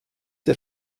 der